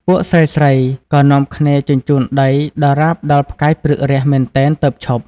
ពួកស្រីៗក៏នាំគ្នាជញ្ជូនដីដរាបដល់ផ្កាយព្រឹករះ មែនទែនទើបឈប់។